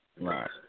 Right